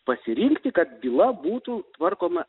pasirinkti kad byla būtų tvarkoma